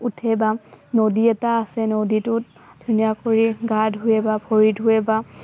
উঠে বা নদী এটা আছে নদীটোত ধুনীয়াকে গা ধুৱে বা ভৰি ধুৱে বা